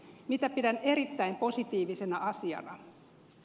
mitä pidän erittäin positiivisena asiana